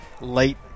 late